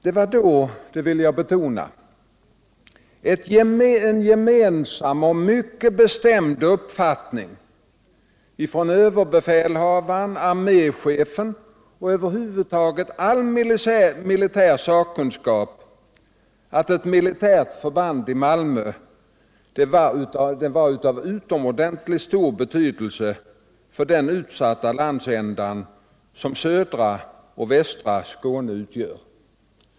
Det var då — det vill jag betona — en gemensam och mycket bestämd uppfattning hos överbefälhavaren, arméchefen och över huvud taget all militär sakkunskap att ett militärt förband i Malmö var av utomordentligt stor betydelse för den utsatta landsända som södra och västra Skåne utgör.